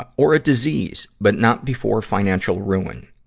ah or a disease, but not before financial ruin.